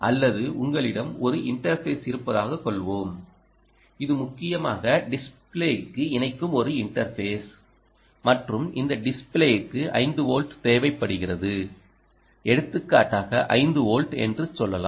அல்லது உங்களிடம் ஒரு இன்டர்ஃபேஸ் இருப்பதாகக் கொள்வோம் இது முக்கியமாக டிஸ்ப்ளேக்கு இணைக்கும் ஒரு இன்டர்ஃபேஸ் மற்றும் இந்த டிஸ்ப்ளேக்கு 5 வோல்ட் தேவைப்படுகிறது எடுத்துக்காட்டாக 5 வோல்ட் என்று சொல்லலாம்